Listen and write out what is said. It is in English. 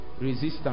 Resistance